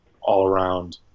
all-around